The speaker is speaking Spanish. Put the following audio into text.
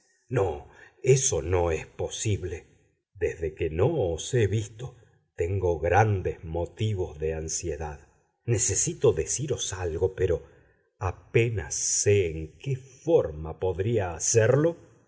no eso no es posible desde que no os he visto tengo grandes motivos de ansiedad necesito deciros algo pero apenas sé en qué forma podría hacerlo